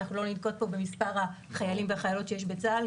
אנחנו לא ננקוב פה במספר החיילים והחיילות שיש בצה"ל,